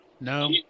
No